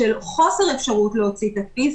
ניסוי שבו אין אפשרות להוציא תדפיס,